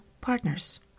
partners